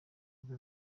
bigo